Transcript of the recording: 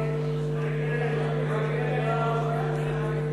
נא להצביע.